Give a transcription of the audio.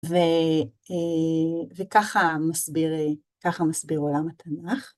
וככה מסביר ככה מסביר עולם התנך.